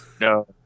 no